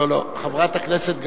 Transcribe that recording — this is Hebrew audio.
לא, לא, חברת הכנסת גלאון.